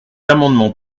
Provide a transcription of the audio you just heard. amendement